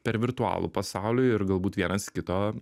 per virtualų pasaulį ir galbūt vienas kito